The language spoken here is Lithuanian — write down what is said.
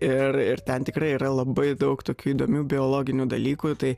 ir ir ten tikrai yra labai daug tokių įdomių biologinių dalykų tai